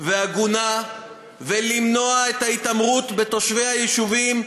והגונה ולמנוע את ההתעמרות בתושבי היישובים,